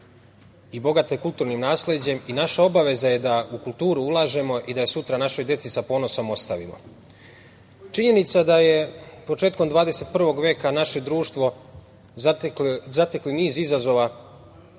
i bogata je kulturnim nasleđem i naša obaveza je da u kulturu ulažemo i da je sutra našoj deci sa ponosom ostavimo. Činjenica da je početkom 21. veka naše društvo zateklo niz izazova